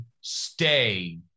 stay